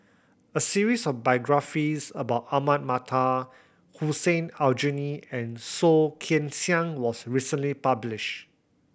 a series of biographies about Ahmad Mattar Hussein Aljunied and Soh Kan Siang was recently published